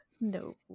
no